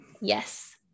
Yes